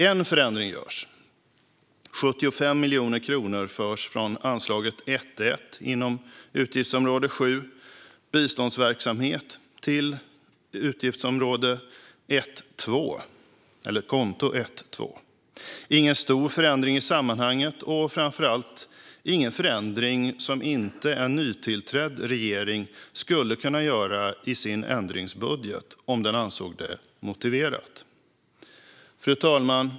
En förändring görs dock: 75 miljoner kronor förs från anslaget 1.1 Biståndsverksamhet till anslag 1.2. Detta är ingen stor förändring i sammanhanget och framför allt ingen förändring som inte en nytillträdd regering skulle kunna göra i sin ändringsbudget om den ansåg det motiverat. Fru talman!